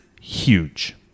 huge